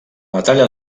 batalla